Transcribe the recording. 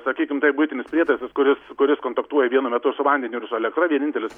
sakykim buitinis prietaisas kuris kuris kontaktuoja vienu metu su vandeniu ir su elektra vienintelis